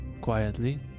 quietly